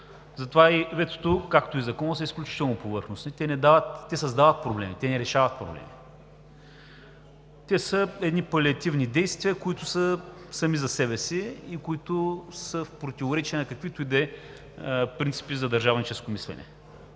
Затова и ветото, както и Законът, са изключително повърхностни. Те създават проблеми, те не решават проблеми. Те са палиативни действия, които са сами за себе си и са в противоречие на каквито и да е принципи за държавническо мислене.